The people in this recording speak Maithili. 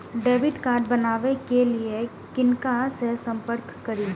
डैबिट कार्ड बनावे के लिए किनका से संपर्क करी?